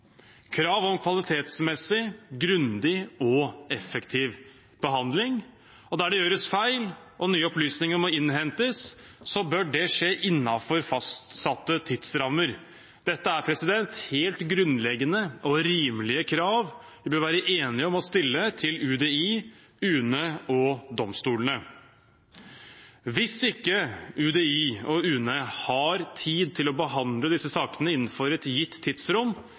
krav om en kvalitetsmessig, grundig og effektiv behandling. Der det gjøres feil og nye opplysninger må innhentes, bør det skje innenfor fastsatte tidsrammer. Dette er helt grunnleggende og rimelige krav vi bør være enige om å stille til UDI, UNE og domstolene. Hvis ikke UDI og UNE har tid til å behandle disse sakene innenfor et gitt tidsrom,